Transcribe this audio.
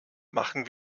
machen